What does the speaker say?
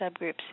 subgroups